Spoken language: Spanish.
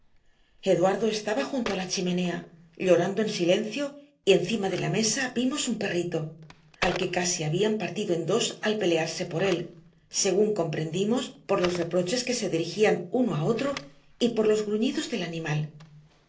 eduardo estaba junto a la chimenea llorando en silencio y encima de la mesa vimos un perrito al que casi habían partido en dos al pelearse por él según comprendimos por los reproches que se dirigían uno a otro y por los gruñidos del animal